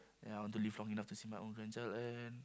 ya I want to live long enough to see my own grandchild and